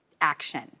action